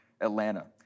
Atlanta